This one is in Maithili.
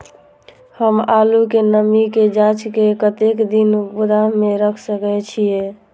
हम आलू के नमी के जाँच के कतेक दिन गोदाम में रख सके छीए?